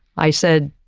i said,